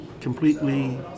completely